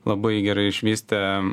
labai gerai išvystę